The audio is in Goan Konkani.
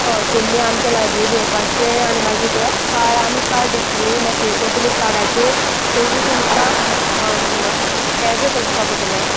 हय तुम न्ही आमच्या लायब्ररीन येवपाचें आनी मागीर तें कार्ड आमी कार्ड दितलीं मागीर थंयसर तुमी कार्डाचेर पयलीं तुमका हें अशें करपा पडटलें